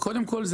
קודם כול,